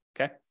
Okay